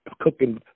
cooking